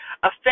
affect